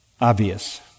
obvious